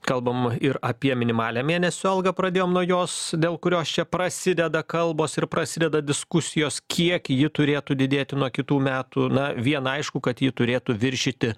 kalbam ir apie minimalią mėnesio algą pradėjom nuo jos dėl kurios čia prasideda kalbos ir prasideda diskusijos kiek ji turėtų didėti nuo kitų metų na viena aišku kad ji turėtų viršyti